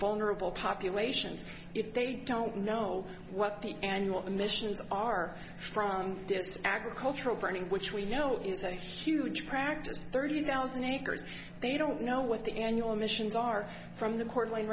vulnerable populations if they don't know what the annual emissions are from venus to agricultural burning which we know is a huge practice thirty thousand acres they don't know what the annual emissions are from the court